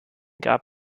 gab